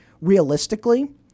realistically